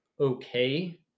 okay